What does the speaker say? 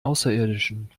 außerirdischen